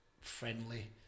friendly